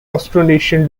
austronesian